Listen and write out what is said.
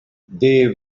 they